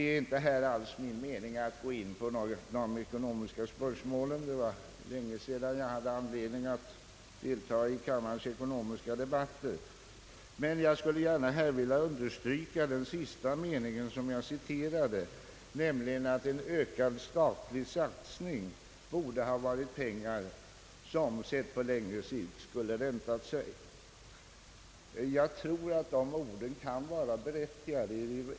Men det är inte min mening att gå in på det ekonomiska spörsmålet. Det var länge sedan jag hade anledning delta i kammarens ekonomiska debatter. Men jag skulle vilja understryka den sista meningen i citatet, nämligen att en ökad statlig satsning borde ha varit pengar som, sett på längre sikt, skulle räntat sig. Jag tror att dessa ord kan vara berättigade.